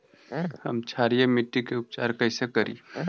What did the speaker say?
हम क्षारीय मिट्टी के उपचार कैसे करी?